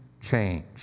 change